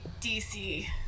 DC